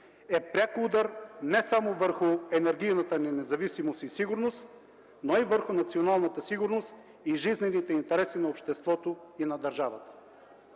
е пряк удар не само върху енергийната ни независимост и сигурност, но и върху националната сигурност и жизнените интереси на обществото и на държавата.